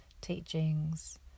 teachings